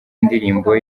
ndirimbo